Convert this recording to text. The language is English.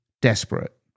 desperate